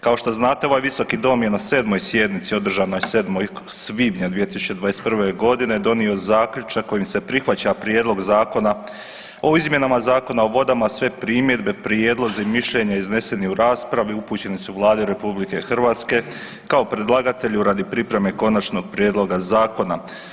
Kao što znate ovaj Visoki dom je na 7. sjednici održanoj 7. svibnja 2021.g. donio zaključak kojim se prihvaća prijedlog Zakona o izmjenama Zakona o vodama, sve primjedbe, prijedlozi i mišljenja izneseni u raspravi upućeni su Vladi RH kao predlagatelju radi pripreme konačnog prijedloga zakona.